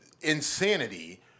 insanity